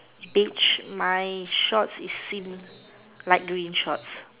beach my shorts it seem light green shorts